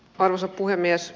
arvoisa puhemies